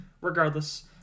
Regardless